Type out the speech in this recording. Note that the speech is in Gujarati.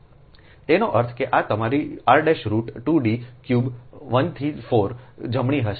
તેનો અર્થ એ કે આ તમારી r રુટ 2 D ક્યુબ 1 થી 4 જમણી હશે